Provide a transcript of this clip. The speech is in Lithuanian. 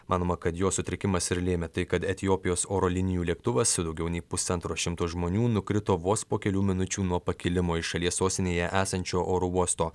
manoma kad jos sutrikimas ir lėmė tai kad etiopijos oro linijų lėktuvas su daugiau nei pusantro šimto žmonių nukrito vos po kelių minučių nuo pakilimo iš šalies sostinėje esančio oro uosto